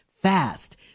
fast